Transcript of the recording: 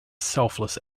selfless